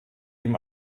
ihm